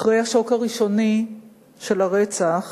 אחרי השוק הראשוני של הרצח,